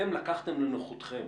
אתם לקחתם לנוחותכם